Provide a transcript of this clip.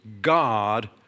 God